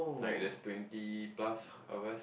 like the twenty plus hours